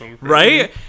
right